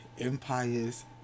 Empire's